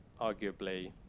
arguably